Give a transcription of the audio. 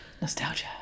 nostalgia